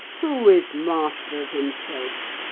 who is master of himself?